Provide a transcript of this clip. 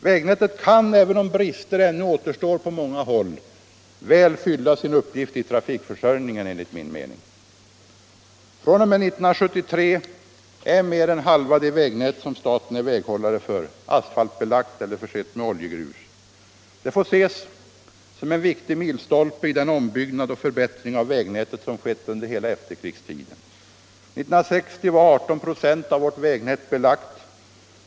Vägnätet kan — även om brister ännu återstår på många håll — väl fylla sin uppgift i trafikförsörjningen enligt min mening. fr.o.m. år 1973 är mer än halva det vägnät, som staten är väghållare för, asfaltbelagt eller försett med oljegrus. Det får ses som en viktig milstolpe i den ombyggnad och förbättring av vägnätet som skett under hela efterkrigstiden. År 1960 var ca 18 96 av vägnätet belagt.